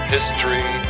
History